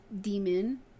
demon